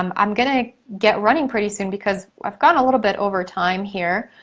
um i'm gonna get running pretty soon because i've gone a little bit over time here.